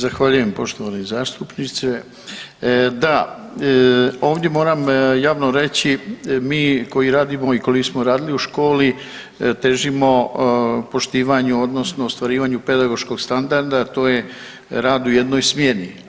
Zahvaljujem poštovani zastupniče, da, ovdje moram javno reći mi koji radimo i koji smo radili u školi težimo poštivanju odnosno ostvarivanju pedagoškog standarda, to je rad u jednoj smjeni.